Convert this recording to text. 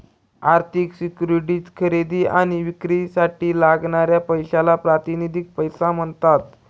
आर्थिक सिक्युरिटीज खरेदी आणि विक्रीसाठी लागणाऱ्या पैशाला प्रातिनिधिक पैसा म्हणतात